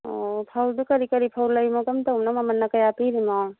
ꯑꯣ ꯐꯧꯗꯣ ꯀꯔꯤ ꯀꯔꯤ ꯐꯧ ꯂꯩꯔꯤꯅꯣ ꯀꯔꯝ ꯇꯧꯕꯅꯣ ꯃꯃꯜꯅ ꯀꯌꯥ ꯄꯤꯔꯤꯕꯅꯣ